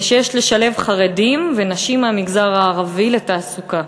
ויש לשלב חרדים ונשים מהמגזר הערבי בתעסוקה.